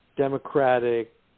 Democratic